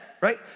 right